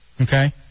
okay